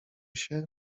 się